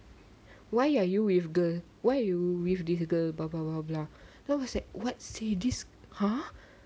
why you are you with girl why you with this girl blah blah blah blah then I was like what seh this !huh!